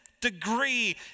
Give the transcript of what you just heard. Degree